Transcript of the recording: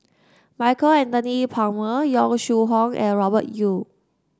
Michael Anthony Palmer Yong Shu Hoong and Robert Yeo